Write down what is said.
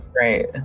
right